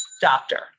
doctor